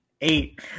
Eight